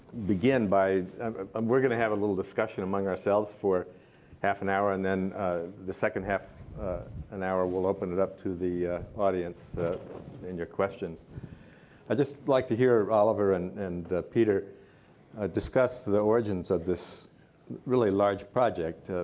begin by um we're going to have a little discussion among ourselves for half an hour, and then the second half an hour, we'll open it up to the audience and your questions. i'd just like to hear oliver and and peter ah discuss the origins of this really large project,